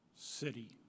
city